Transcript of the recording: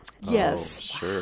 yes